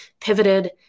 Pivoted